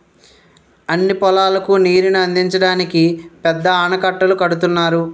అన్ని పొలాలకు నీరుని అందించడానికి పెద్ద ఆనకట్టలు కడుతున్నారు